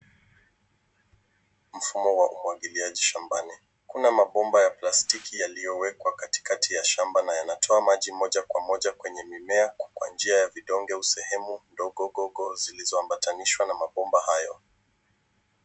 Mfumo wa umwagiliaji shambani. Kuna mabomba ya plastiki yaliyowekwa katikati ya shamba na yanatoa maji moja kwa moja kwenye mimea kwa njia ya vidonge kwenye au sehemu ndogo zilizoambatanishwa na mabomba hayo.